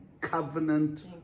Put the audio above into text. covenant